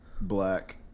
black